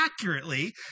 accurately